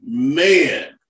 Man